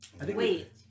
Wait